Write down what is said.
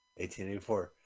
1884